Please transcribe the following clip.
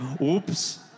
Oops